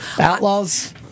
Outlaws